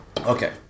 Okay